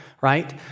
right